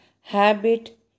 habit